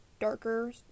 darker